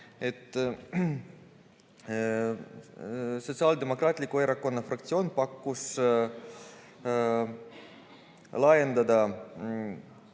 Sotsiaaldemokraatliku Erakonna fraktsioon pakkus laiendada